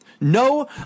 No